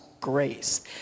grace